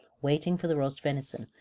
waiting for the roast venison,